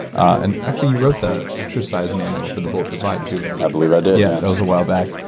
and actually, he wrote the exercise manual for the bulletproof vibe too, right? i believe i did, yeah. that was a while back.